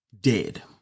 dead